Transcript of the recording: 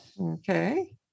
Okay